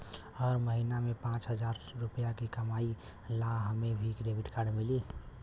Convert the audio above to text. हम महीना में पाँच हजार रुपया ही कमाई ला हमे भी डेबिट कार्ड मिली?